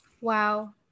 Wow